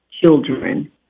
children